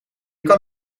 kan